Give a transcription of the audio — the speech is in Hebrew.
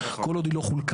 כל עוד היא לא חולקה.